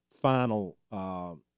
final